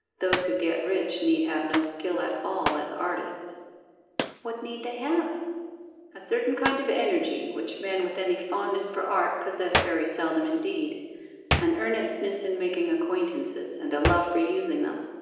those who get rich need have no skill at all as artists what need they have a certain kind of energy which men with any fondness for art possess very seldom indeed an earnestness in making acquaintances, and a love for using them.